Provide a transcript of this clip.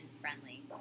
friendly